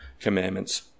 commandments